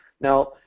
Now